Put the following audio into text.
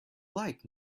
like